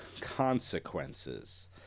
Consequences